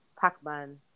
Pac-Man